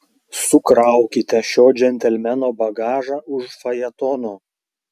sukraukite šio džentelmeno bagažą už fajetono